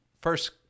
first